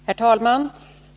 Herr talman!